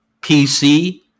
PC